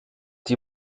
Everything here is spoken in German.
die